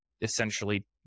essentially